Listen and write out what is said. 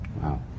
Wow